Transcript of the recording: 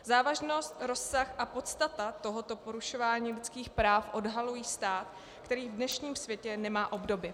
Závažnost, rozsah a podstata tohoto porušování lidských práv odhalují stav, který v dnešním světě nemá obdoby.